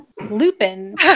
Lupin